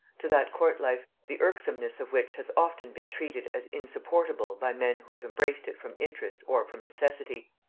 to that court-life the irksomeness of which has often been treated as insupportable by men who have embraced it from interest or from necessity.